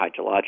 hydrologic